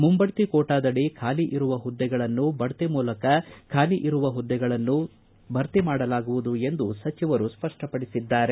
ಮುಂಬಡ್ತಿ ಕೋಟಾದಡಿ ಖಾಲಿ ಇರುವ ಹುದ್ದೆಗಳನ್ನು ಬಡ್ತಿ ಮೂಲಕ ಖಾಲಿ ಇರುವ ಹುದ್ದೆಗಳನ್ನು ಬಡ್ತಿ ಮೂಲಕ ಭರ್ತಿ ಮಾಡಲಾಗುವುದು ಎಂದು ಸಚಿವರು ಸ್ಪಷ್ಟಪಡಿಸಿದ್ದಾರೆ